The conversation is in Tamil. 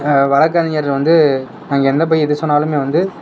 வழக்கறிஞர் வந்து அங்கே என்ன போய் எது சொன்னாலுமே வந்து